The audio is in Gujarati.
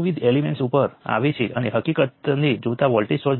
ઉલટાવી દેવામાં આવ્યા છે